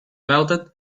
melted